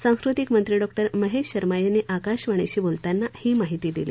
सांस्कृतिक मंत्री डॉक्टर महेश शर्मा यांनी आकाशवाणीशी बोलताना ही माहिती दिली